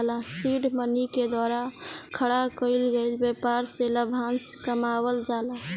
seed money के द्वारा खड़ा कईल गईल ब्यपार से लाभांस कमावल जाला